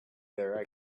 their